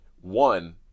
one